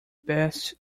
best